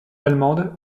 allemande